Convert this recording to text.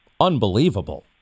unbelievable